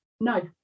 no